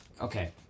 Okay